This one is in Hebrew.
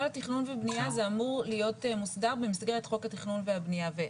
כל התכנון ובנייה זה אמור להיות מוסדר במסגרת חוק התכנון והבנייה.